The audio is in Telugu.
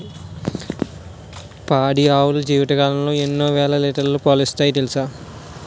పాడి ఆవులు జీవితకాలంలో ఎన్నో వేల లీటర్లు పాలిస్తాయి తెలుసా